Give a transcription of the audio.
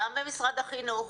גם במשרד החינוך,